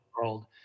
world